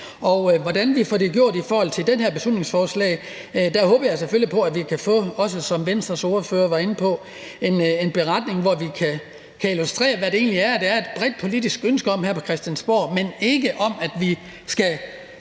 Hvordan vi får det gjort i forhold til det her beslutningsforslag, ja, der håber jeg selvfølgelig på, at vi, også som Venstres ordfører var inde på, kan få en beretning, hvor vi kan illustrere, hvad der egentlig er et bredt politisk ønske om her på Christiansborg. Men der er ikke